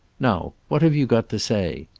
now what have you got to say?